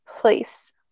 place